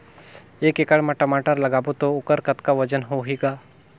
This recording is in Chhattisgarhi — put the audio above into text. एक एकड़ म टमाटर लगाबो तो ओकर कतका वजन होही ग?